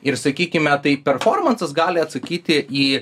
ir sakykime tai performansas gali atsakyti į